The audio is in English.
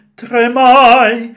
tremai